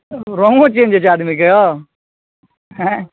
रङ्गो चेन्ज रहै छै आदमीके यौ हेँ